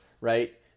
right